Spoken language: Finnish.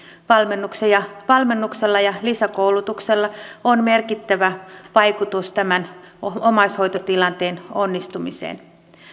valmennuksella ja lisäkoulutuksella on merkittävä vaikutus tämän omaishoitotilanteen onnistumiseen